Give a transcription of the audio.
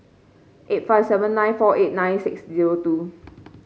eight five seven nine four eight nine six zero two